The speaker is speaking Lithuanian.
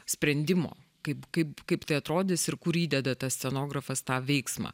sprendimo kaip kaip kaip tai atrodys ir kur įdeda scenografas tą veiksmą